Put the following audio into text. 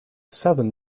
southern